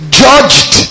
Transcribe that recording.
judged